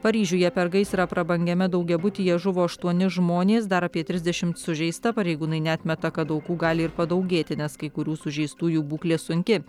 paryžiuje per gaisrą prabangiame daugiabutyje žuvo aštuoni žmonės dar apie trisdešimt sužeista pareigūnai neatmeta kad aukų gali ir padaugėti nes kai kurių sužeistųjų būklė sunki